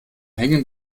hängen